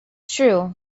true